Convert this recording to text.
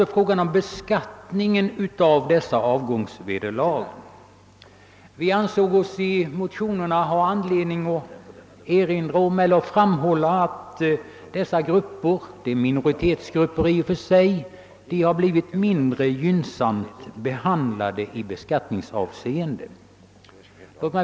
Vi behandlade också beskattningen av dessa avgångsvederlag och ansåg oss ha anledning framhålla att dessa grupper — i och för sig minoritetsgrupper — har blivit mindre gynnsamt behandlade i beskattningshänseende.